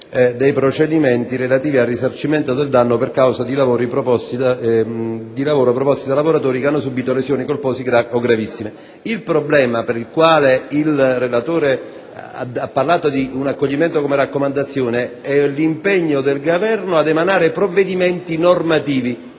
dei procedimenti, relativi al risarcimento del danno per causa di lavoro, proposti da lavoratori che hanno subito lesioni colpose gravi o gravissime. Il problema, per il quale il relatore ha parlato di un accoglimento come raccomandazione, è l'impegno del Governo «ad emanare provvedimenti normativi».